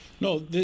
No